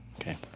okay